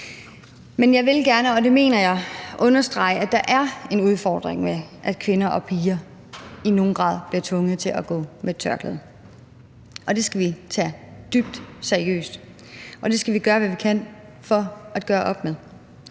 Men jeg vil gerne – og det mener jeg – understrege, at der er en udfordring med, at kvinder og piger i nogen grad bliver tvunget til at gå med tørklæde, og det skal vi tage dybt seriøst, og det skal vi gøre, hvad vi kan, for at gøre op med.